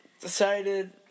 decided